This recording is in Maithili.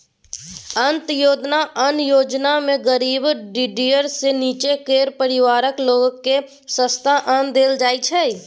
अंत्योदय अन्न योजनामे गरीबी डिडीर सँ नीच्चाँ केर परिबारक लोककेँ सस्ता ओन देल जाइ छै